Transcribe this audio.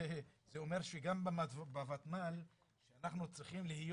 זה אומר שגם בוותמ"ל אנחנו צריכים להיות